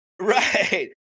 Right